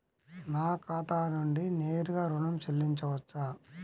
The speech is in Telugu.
నా ఖాతా నుండి నేరుగా ఋణం చెల్లించవచ్చా?